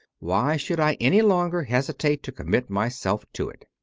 why should i any longer hesi tate to commit myself to it?